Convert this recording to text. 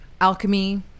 alchemy